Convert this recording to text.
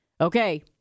Okay